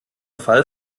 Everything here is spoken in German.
fall